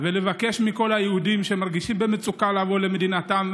ומבקשת מכל היהודים שמרגישים מצוקה לבוא למדינתם,